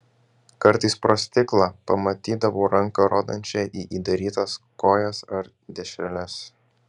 kartais pro stiklą pamatydavau ranką rodančią į įdarytas kojas ar dešreles